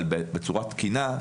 אבל בצורה תקינה,